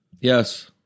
Yes